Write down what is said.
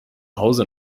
hause